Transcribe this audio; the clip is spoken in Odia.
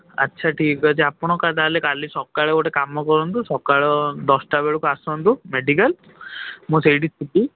ଆଚ୍ଛା ଠିକ୍ ଅଛି ଆପଣ ତା' ହେଲେ କାଲି ସକାଳେ ଗୋଟେ କାମ କରନ୍ତୁ ସକାଳ ଦଶଟା ବେଳକୁ ଆସନ୍ତୁ ମେଡ଼ିକାଲ୍ ମୁଁ ସେଇଠି ଥିବି